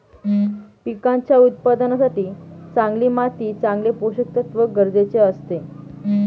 पिकांच्या उत्पादनासाठी चांगली माती चांगले पोषकतत्व गरजेचे असते